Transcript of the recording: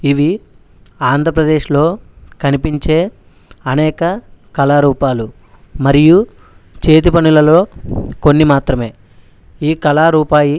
ఇవి ఆంధ్రప్రదేశ్లో కనిపించే అనేక కళారూపాలు మరియు చేతిపనులలో కొన్నిమాత్రమే ఈ కళారూపాయి